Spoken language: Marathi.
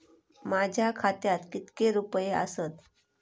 माझ्या खात्यात कितके रुपये आसत?